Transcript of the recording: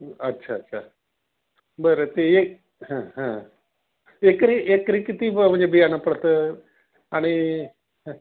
अच्छा अच्छा बरं ते ये ह हं एकरी एकरी किती ब म्हणजे बियाणं पडतं आणि ह